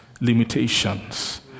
limitations